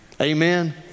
Amen